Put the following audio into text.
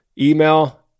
Email